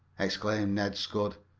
exclaimed ned scudd.